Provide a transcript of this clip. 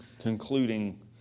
concluding